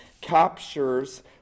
captures